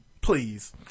Please